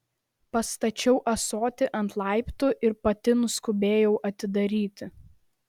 pastačiau ąsotį ant laiptų ir pati nuskubėjau atidaryti